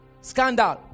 scandal